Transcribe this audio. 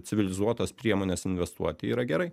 civilizuotas priemones investuoti yra gerai